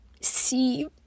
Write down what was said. see